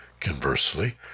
conversely